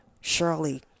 Shirley